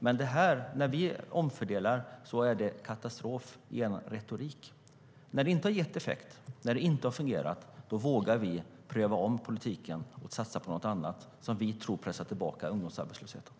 Men när vi omfördelar är det katastrof, enligt er retorik.